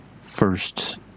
first